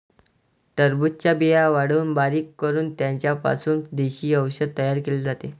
टरबूजाच्या बिया वाळवून बारीक करून त्यांचा पासून देशी औषध तयार केले जाते